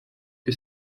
que